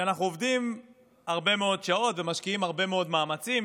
שאנחנו עובדים הרבה מאוד שעות ומשקיעים הרבה מאוד מאמצים,